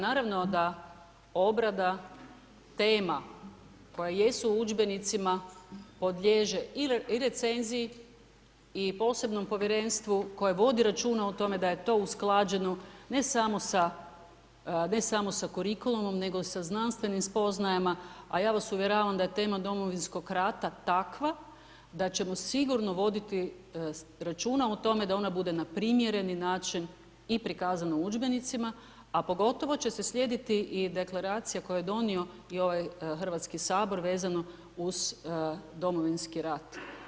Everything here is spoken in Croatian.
Naravno da obrada tema koja jesu u udžbenicima podliježe i recenziji i posebnom povjerenstvu koje vodi računa o tome da je to usklađeno, ne samo sa kurikulumom, nego sa znanstvenim spoznajama, a ja vas uvjeravam da je tema Domovinskog rata takva da ćemo sigurno voditi računa o tome da ona bude na primjeren način i prikazana u udžbenicima, a pogotovo će se slijediti i Deklaracija koju je donio i ovaj Hrvatski Sabor vezano uz Domovinski rat.